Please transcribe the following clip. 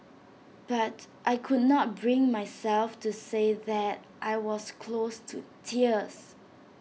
but I could not bring myself to say that I was close to tears